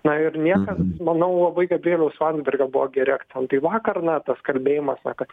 na ir niekas manau labai gabrieliaus landsbergio buvo geri akcentai vakar na tas kalbėjimas na kad